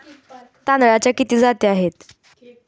तांदळाच्या किती जाती आहेत?